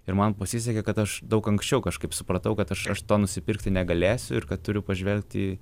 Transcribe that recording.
ir man pasisekė kad aš daug anksčiau kažkaip supratau kad aš aš to nusipirkti negalėsiu ir kad turiu pažvelgt į